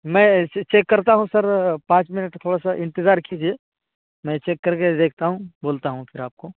میں چیک کرتا ہوں سر پانچ منٹ تھوڑا سا انتظار کیجیے میں چیک کرکے دیکھتا ہوں بولتا ہوں پھر آپ کو